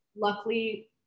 luckily